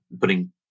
putting